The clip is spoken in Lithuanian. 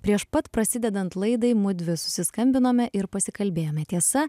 prieš pat prasidedant laidai mudvi susiskambinome ir pasikalbėjome tiesa